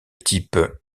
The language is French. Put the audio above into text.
type